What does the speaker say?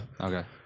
Okay